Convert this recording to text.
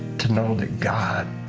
to know that god